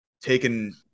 taken